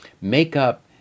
makeup